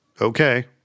okay